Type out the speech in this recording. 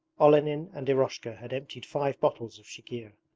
olenin and eroshka had emptied five bottles of chikhir.